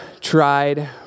tried